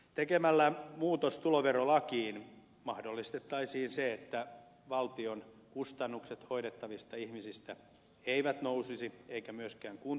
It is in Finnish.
tekemällä muutos tuloverolakiin mahdollistettaisiin se että valtion kustannukset hoidettavista ihmisistä eivät nousisi eivätkä myöskään kuntien kustannukset